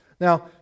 Now